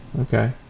Okay